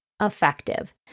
effective